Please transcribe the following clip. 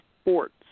sports